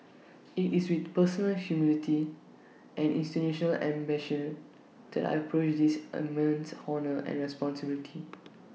IT is with personal humility and institutional ambition that I approach this immense honour and responsibility